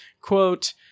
quote